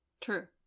True